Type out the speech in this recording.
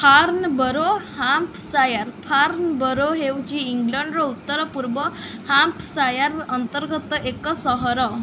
Farnborough Hampshire Farnborough ହେଉଛି ଇଂଲଣ୍ଡର ଉତ୍ତର ପୂର୍ବ ହାମ୍ପଶାୟାର ଅନ୍ତର୍ଗତ ଏକ ସହର